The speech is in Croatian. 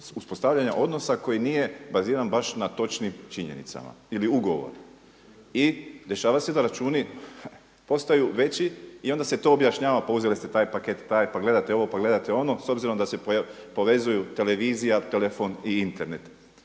uspostavljanja odnosa koji nije baziran baš na točnim činjenicama ili ugovoru. I dešava se da računi postaju veći i onda se to objašnjava pa uzeli ste taj paket, taj, pa gledate ovo, pa gledate ono s obzirom da se povezuju televizija, telefon i Internet.